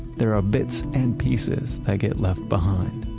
there are bits and pieces that get left behind.